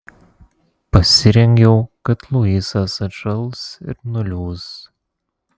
pasirengiau kad luisas atšals ir nuliūs